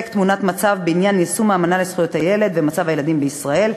תמונת מצב בעניין יישום האמנה לזכויות הילד ומצב הילדים בישראל,